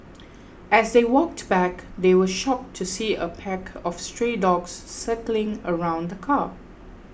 as they walked back they were shocked to see a pack of stray dogs circling around the car